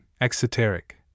exoteric